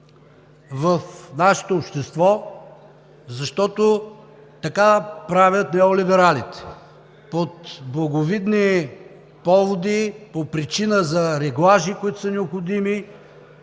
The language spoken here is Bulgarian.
в нашето общество, защото така правят неолибералите. Под благовидни поводи, по причина за реглажи, които са необходими,